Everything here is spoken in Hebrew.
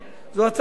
זו הצעה פשוטה.